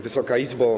Wysoka Izbo!